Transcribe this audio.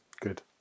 Good